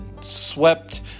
swept